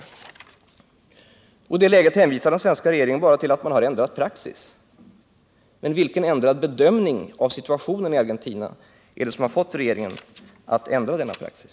I det här läget hänvisar den svenska regeringen endast till att man ändrat praxis. Vilken ändrad bedömning är det som har fått regeringen att ändra denna praxis?